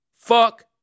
Fuck